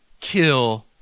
kill